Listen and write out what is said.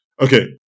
Okay